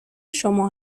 شما